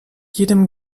jedem